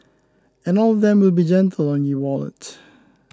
and all of them will be gentle on your wallet